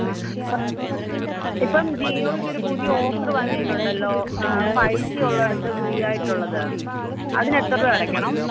ആ ഇപ്പം ജിയോയ്ക്ക് ഒരു പുതിയ ഓഫർ വന്നിട്ടുണ്ടല്ലോ ഫൈവ് ജി ഉള്ള അടുത്ത് ഫ്രീ ആയിട്ടുള്ളത് അതിന് എത്ര രൂപ അടയ്ക്കണം